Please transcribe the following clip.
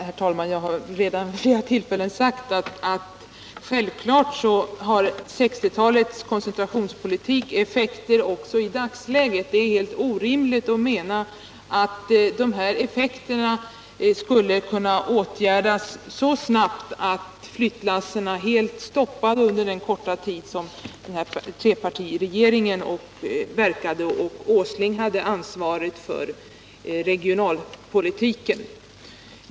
Herr talman! Jag har redan vid flera tillfällen sagt att självfallet har 1960 talets koncentrationspolitik effekter i dagens läge. Det är orimligt att påstå att dessa effekter skulle kunna åtgärdas så snabbt att flyttlassen helt stoppades under den korta tid som trepartiregeringen verkade och Nils Åsling hade ansvaret för regionalpolitiken.